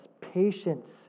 patience